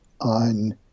on